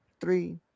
three